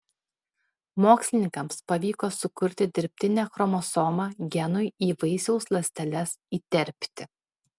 mokslininkams pavyko sukurti dirbtinę chromosomą genui į vaisiaus ląsteles įterpti